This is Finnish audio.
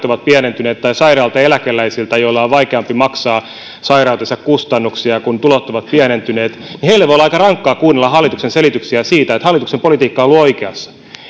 ovat pienentyneet tai sairaista eläkeläisistä joiden on vaikeampi maksaa sairautensa kustannuksia kun tulot ovat pienentyneet heille voi olla aika rankkaa kuunnella hallituksen selityksiä siitä että hallituksen politiikka on ollut oikeassa